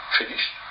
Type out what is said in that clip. finished